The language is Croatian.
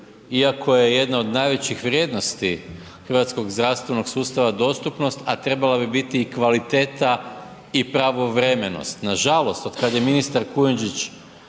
Iako je jedna od najvećih vrijednosti hrvatskog zdravstvenog sustava dostupnost a trebala biti i kvaliteta i pravovremenost. Nažalost otkada je ministar Kujundžić